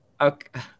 okay